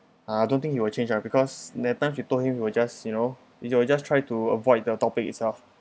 I don't think he will change ah because that time she told him he will just you know he'll just try to avoid the topic itself